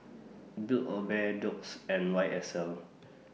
Build A Bear Doux and Y S L